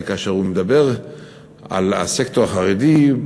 כאשר הוא מדבר על הסקטור החרדי,